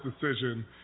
decision